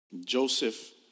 joseph